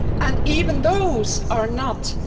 and even those are not,